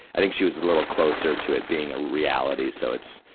i think she was a little closer to it, being a reality, so it's,